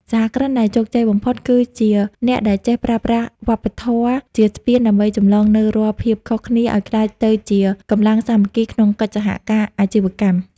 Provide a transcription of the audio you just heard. សហគ្រិនដែលជោគជ័យបំផុត គឺជាអ្នកដែលចេះប្រើប្រាស់វប្បធម៌ជាស្ពានដើម្បីចម្លងនូវរាល់ភាពខុសគ្នាឱ្យក្លាយទៅជាកម្លាំងសាមគ្គីក្នុងកិច្ចសហការអាជីវកម្ម។